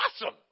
awesome